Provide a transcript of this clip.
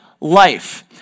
life